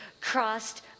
crossed